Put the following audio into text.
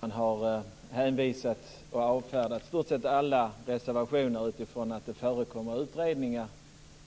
Herr talman! Siw Wittgren-Ahl har avfärdat i stort sett alla reservationer med hänvisning till att det för tillfället pågår utredningar